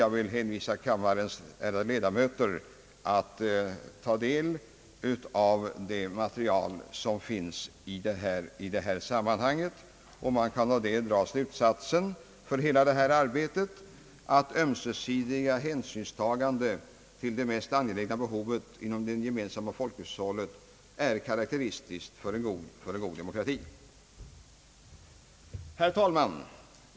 Jag vill bara hänvisa kammarens ärade ledamöter till att ta del av det material som finns i det här sammanhanget. Man kan av det dra slutsatsen för hela det här arbetet att ömsesidiga hänsynstaganden till de mest angelägna behoven inom det gemensamma folkhushållet är karakteristiskt för en god demokrati. Herr talman!